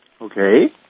Okay